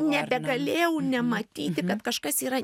nebegalėjau nematyti kad kažkas yra